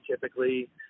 typically